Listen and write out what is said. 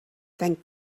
thank